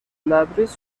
لبریز